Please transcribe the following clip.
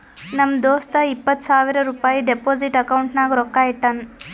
ನಮ್ ದೋಸ್ತ ಇಪ್ಪತ್ ಸಾವಿರ ರುಪಾಯಿ ಡೆಪೋಸಿಟ್ ಅಕೌಂಟ್ನಾಗ್ ರೊಕ್ಕಾ ಇಟ್ಟಾನ್